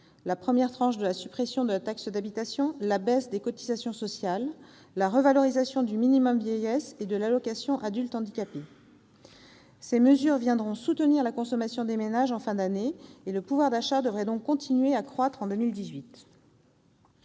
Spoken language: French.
la première tranche de la suppression de la taxe d'habitation, la baisse des cotisations sociales ou la revalorisation du minimum vieillesse et de l'allocation adultes handicapés. Ces mesures viendront soutenir la consommation des ménages en fin d'année. Le pouvoir d'achat devrait donc continuer à croître en 2018.